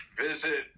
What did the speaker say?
visit